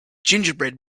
gingerbread